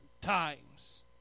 times